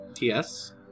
Yes